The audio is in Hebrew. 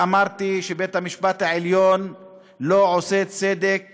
ואמרתי שבית-המשפט העליון לא עושה צדק